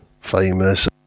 famous